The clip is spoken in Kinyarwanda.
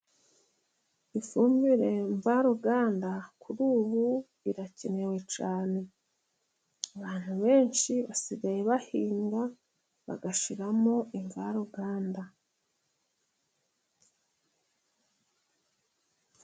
Ifumbire mvaruganda kuri ubu birakenewe cyane, abantu benshi basigaye bahinga bagashyiramo imvaruganda.